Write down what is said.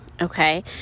okay